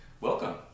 welcome